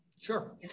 sure